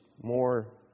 more